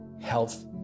health